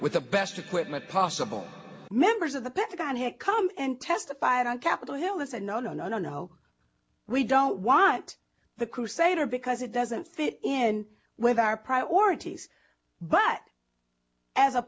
with the best equipment possible members of the pentagon had come and testified on capitol hill is a no no no no no we don't want the crusader because it doesn't fit in with our priorities but as a